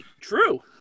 True